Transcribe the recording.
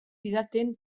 didaten